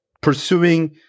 pursuing